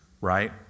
right